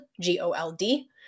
G-O-L-D